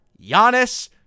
Giannis